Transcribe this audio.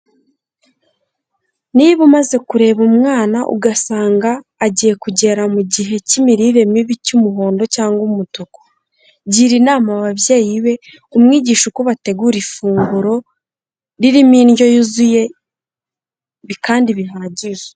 Niba umaze kureba umwana,, ugasanga agiye kugera mu gihe cy'imirire mibi cy'umuhondo cyangwa umutuku. Gira inama ababyeyi be, umwigisha uko bategura ifunguro ririmo indyo yuzuye kandi bihagije.